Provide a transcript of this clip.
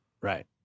Right